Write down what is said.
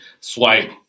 swipe